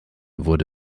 wurde